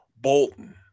Bolton